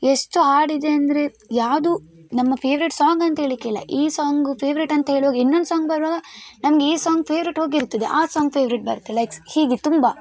ಎಷ್ಟು ಹಾಡಿದೆ ಅಂದರೆ ಯಾವುದು ನಮ್ಮ ಫೆವರೆಟ್ ಸಾಂಗ್ ಅಂಥೇಳ್ಳಿಕ್ಕಿಲ್ಲ ಈ ಸಾಂಗು ಫೆವರೆಟ್ ಅಂತ ಹೇಳುವಾಗ ಇನ್ನೊಂದು ಸಾಂಗ್ ಬರುವಾಗ ನಮ್ಗೆ ಈ ಸಾಂಗ್ ಫೇವರೆಟ್ ಹೋಗಿರ್ತದೆ ಆ ಸಾಂಗ್ ಫೇವರೆಟ್ ಬರ್ತೆ ಲೈಕ್ಸ್ ಹೀಗೆ ತುಂಬ